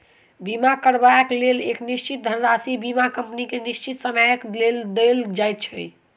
बीमा करयबाक लेल एक निश्चित धनराशि बीमा कम्पनी के निश्चित समयक लेल देल जाइत छै